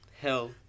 Hell